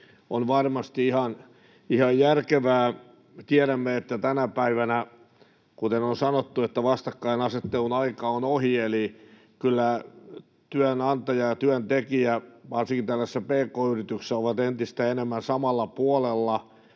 on varmasti ihan järkevää. Tiedämme, että tänä päivänä, kuten on sanottu, vastakkainasettelun aika on ohi, eli kyllä työnantaja ja työntekijä varsinkin tällaisessa pk-yrityksessä ovat entistä enemmän samalla puolella.